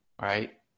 Right